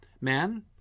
Man